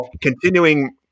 continuing